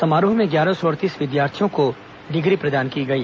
समारोह में ग्यारह सौ अड़तीस विद्यार्थियों को डिग्री प्रदान की गई